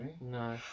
No